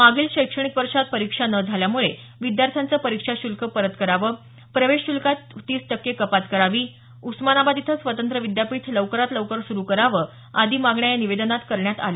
मागील शैक्षणिक वर्षात परीक्षा न झाल्यामुळे विद्यार्थ्यांचं परीक्षा श़ल्क परत करावं प्रवेश श्ल्कात श्ल्कात तीस टक्के कपात करावी उस्मानाबाद इथं स्वतंत्र विद्यापीठ लवकरात लवकर सुरू करावं आदी मागण्या या निवेदनात करण्यात आल्या